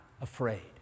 afraid